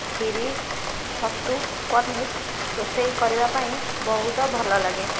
ଖିରୀ ଛତୁ ପନିର୍ ରୋଷେଇ କରିବାପାଇଁ ବହୁତ ଭଲ ଲାଗେ